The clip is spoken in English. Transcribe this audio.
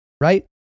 right